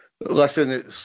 Listen